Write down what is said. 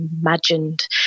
imagined